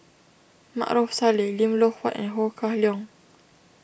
Maarof Salleh Lim Loh Huat and Ho Kah Leong